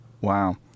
Wow